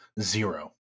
Zero